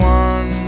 one